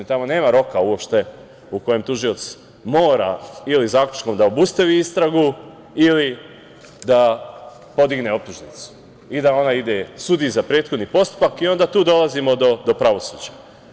Tamo nema roku u kojem tužilac mora ili zaključkom da obustavi istragu ili da podigne optužnicu i da ona ide sudiji za prethodni postupak i onda tu dolazimo do pravosuđa.